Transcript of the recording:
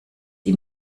ihm